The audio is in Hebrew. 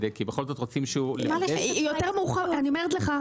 כי בכל זאת רוצים שהוא --- אני אומרת לך,